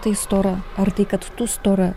tai stora ar tai kad tu stora